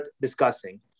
discussing